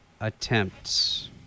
attempts